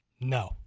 No